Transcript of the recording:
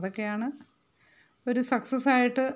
അതൊക്കെയാണ് ഒരു സക്സസ്സായിട്ട്